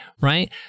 right